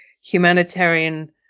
humanitarian